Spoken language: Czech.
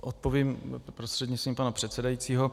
Odpovím prostřednictvím pana předsedajícího.